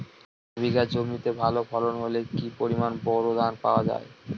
এক বিঘা জমিতে ভালো ফলন হলে কি পরিমাণ বোরো ধান পাওয়া যায়?